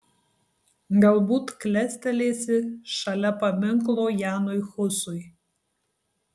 galbūt klestelėsi šalia paminklo janui husui